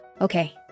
okay